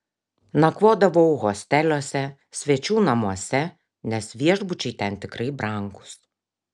nakvodavau hosteliuose svečių namuose nes viešbučiai ten tikrai brangūs